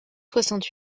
soixante